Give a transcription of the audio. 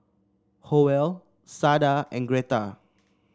Howell Sada and Greta